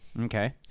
Okay